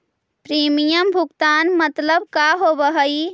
Premium भुगतान मतलब का होव हइ?